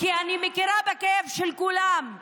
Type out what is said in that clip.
כי אני מכירה בכאב של כולם.